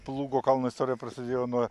plūgo kalno istorija prasidėjo nuo